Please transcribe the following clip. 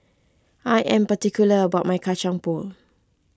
I am particular about my Kacang Pool